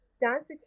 dance